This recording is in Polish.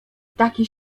taki